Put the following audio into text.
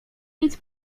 nic